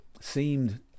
seemed